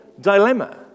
dilemma